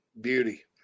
beauty